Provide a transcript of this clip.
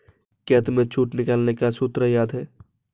क्या तुम्हें छूट निकालने का सूत्र याद है?